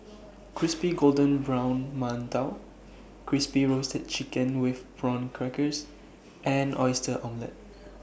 Crispy Golden Brown mantou Crispy Roasted Chicken with Prawn Crackers and Oyster Omelette